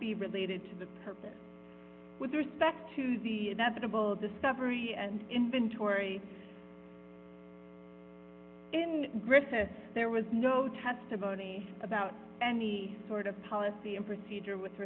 be related to the purpose with respect to the double discovery and inventory in recess there was no testimony about any sort of policy and procedure with